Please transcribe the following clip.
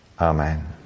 Amen